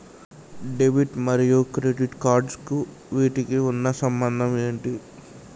Debit మరియు credit cards వీటికి ఉన్న సంబంధం ఏంటి?